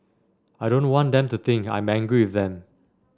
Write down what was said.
I don't want them to think I am angry with them